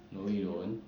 no you don't